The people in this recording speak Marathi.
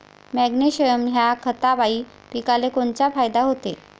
मॅग्नेशयम ह्या खतापायी पिकाले कोनचा फायदा होते?